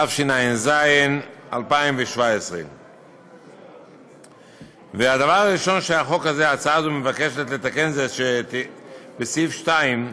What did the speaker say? התשע"ז 2017. הדבר הראשון שההצעה הזאת מבקשת לתקן זה בסעיף 2: